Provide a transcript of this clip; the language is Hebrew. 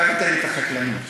מה הבאת לי את החקלאים עכשיו?